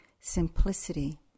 simplicity